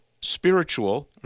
spiritual